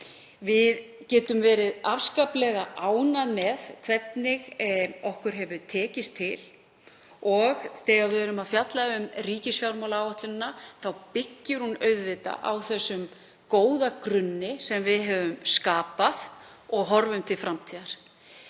og getum verið afskaplega ánægð með hvernig okkur hefur tekist til. Þegar við fjöllum um ríkisfjármálaáætlunina þá byggir hún auðvitað á þeim góða grunni sem við höfum skapað og horfir til framtíðar.